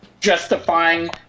justifying